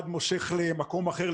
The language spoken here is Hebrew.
אתם מדברים על הקבוצה שהיא מקבלת קצבאות,